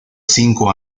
cinco